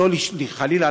חלילה,